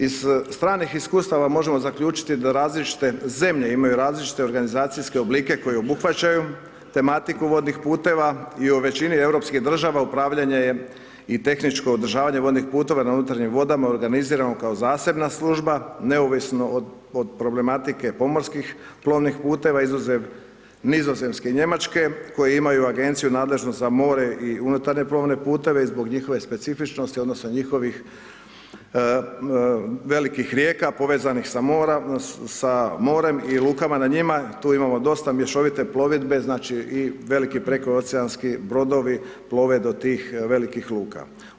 Iz stranih iskustava možemo zaključiti da različite zemlje, imaju različite organizacijske oblike koji obuhvaćaju tematiku vodnih puteva i u većini europskih država upravljanje je, i tehničko održavanje vodnih putova na unutarnjim vodama, organizirano kao zasebna služba neovisno od problematike pomorskih plovnih puteva izuzev Nizozemske i Njemačke koje imaju Agenciju nadležnu za more i unutarnje plovne puteve, i zbog njihove specifičnosti odnosno njihovih velikih rijeka povezanih sa morem i lukama na njima, tu imamo dosta mješovite plovidbe, znači i veliki prekooceanski brodovi plove do tih velikih luka.